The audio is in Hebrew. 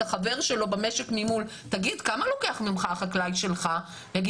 החבר שלו במשק ממול כמה החקלאי שלו לוקח ממנו,